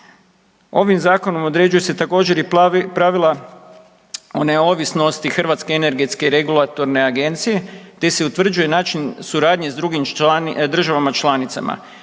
Ovim Zakonom određuje se, također, i pravila o neovisnosti Hrvatske energetske i regulatorne agencije te se utvrđuje način suradnje s drugim državama članicama,